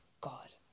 God